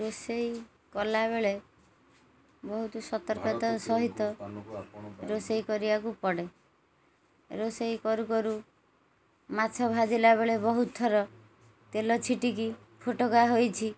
ରୋଷେଇ କଲାବେଳେ ବହୁତ ସତର୍କତା ସହିତ ରୋଷେଇ କରିବାକୁ ପଡ଼େ ରୋଷେଇ କରୁ କରୁ ମାଛ ଭାଜିଲା ବେଳେ ବହୁତ ଥର ତେଲ ଛିଟିକି ଫୁଟକା ହୋଇଛି